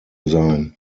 sein